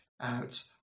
out